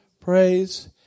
praise